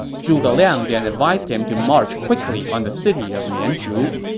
zhuge liang then advised him to march quickly on the city of mianzhu,